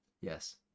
Yes